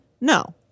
No